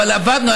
אבל עבדנו,